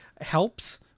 helps